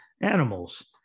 animals